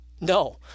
No